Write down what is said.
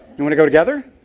you want to go together?